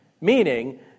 meaning